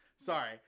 sorry